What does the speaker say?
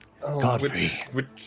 Godfrey